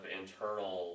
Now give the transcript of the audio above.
internal